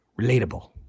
relatable